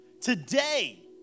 today